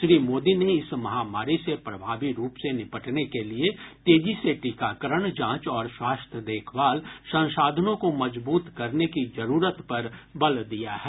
श्री मोदी ने इस महामारी से प्रभावी रूप से निपटने के लिए तेजी से टीकाकरण जांच और स्वास्थ्य देखभाल संसाधनों को मजबूत करने की जरूरत पर बल दिया है